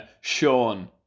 Sean